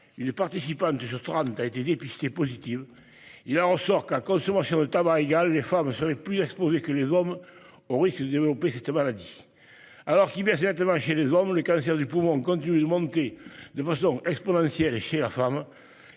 une participante sur trente a été dépistée positive. Il en ressort qu'à consommation de tabac égale, les femmes seraient plus exposées que les hommes au risque de développer cette maladie. Alors qu'il baisse nettement chez les hommes, le cancer du poumon continue de monter de façon exponentielle chez la femme